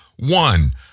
one